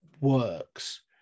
works